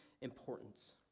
importance